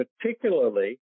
particularly